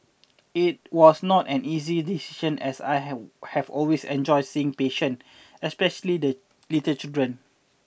it was not an easy decision as I have have always enjoyed seeing patient especially the little children